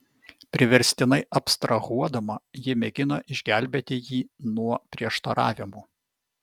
priverstinai abstrahuodama ji mėgina išgelbėti jį nuo prieštaravimų